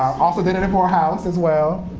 also did it at morehouse as well.